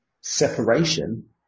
separation